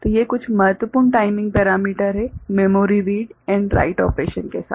तो ये कुछ महत्वपूर्ण टाइमिंग पैरामीटर हैं memory read and write operation के साथ